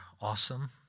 awesome